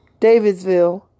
Davidsville